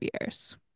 years